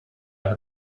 alle